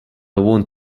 want